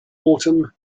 autumn